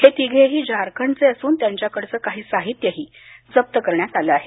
हे तिघेही झारखंडचे असून त्यांच्याकडचं काही साहित्यही जप्त करण्यात आलं आहे